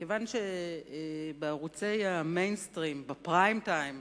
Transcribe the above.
כיוון שבערוצי ה"מיינסטרים", בפריים טיים,